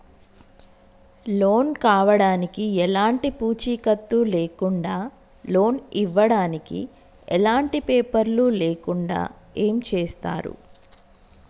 Loan కావడానికి ఎలాంటి పూచీకత్తు లేకుండా లోన్ ఇవ్వడానికి ఎలాంటి పేపర్లు లేకుండా ఏం చేస్తారు?